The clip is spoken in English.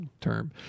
term